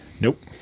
Nope